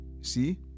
See